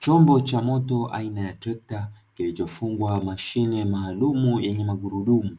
Chombo cha moto aina ya trekta kilichofungwa mashine maalumu yenye magurudumu,